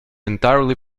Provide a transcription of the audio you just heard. entirely